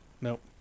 nope